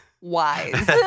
wise